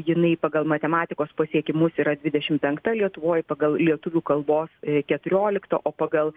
jinai pagal matematikos pasiekimus yra dvidešimt penkta lietuvoj pagal lietuvių kalbos keturiolikta o pagal